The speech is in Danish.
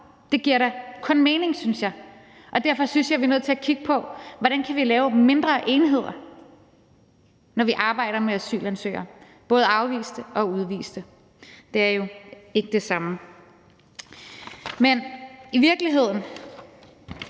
Det giver da kun mening, synes jeg. Og derfor synes jeg, vi er nødt til at kigge på, hvordan vi kan lave mindre enheder, når vi arbejder med asylansøgere, både afviste og udviste – det er jo ikke det samme. Jeg synes i virkeligheden,